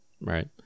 right